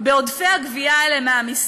בעודפי הגבייה האלה מהמיסים.